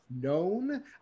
known